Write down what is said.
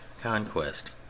conquest